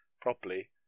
properly